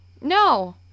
No